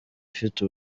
ifite